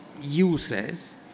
uses